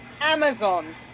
Amazon